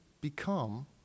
become